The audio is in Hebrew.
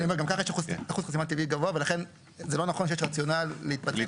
גם ככה יש אחוז חסימה טבעי גבוה לכן זה לא נכון שיש רציונל להתפצל,